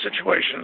situations